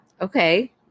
Okay